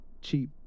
cheap